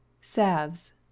SALVES